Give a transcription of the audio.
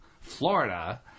Florida